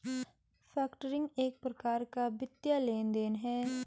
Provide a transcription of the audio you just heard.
factoring एक प्रकार का वित्तीय लेन देन है